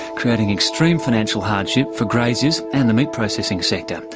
creating extreme financial hardship for graziers and the meat processing sector.